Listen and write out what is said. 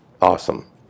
awesome